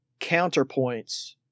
counterpoints